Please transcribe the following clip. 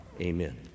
amen